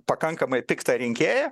pakankamai piktą rinkėją